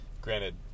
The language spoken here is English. Granted